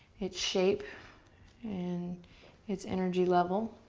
its shape and its energy level.